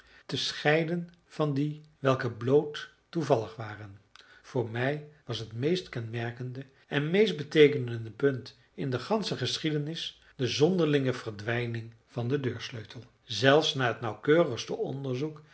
te scheiden van die welke bloot toevallig waren voor mij was het meest kenmerkende en meest beteekenende punt in de gansche geschiedenis de zonderlinge verdwijning van den deursleutel zelfs na het nauwkeurigste onderzoek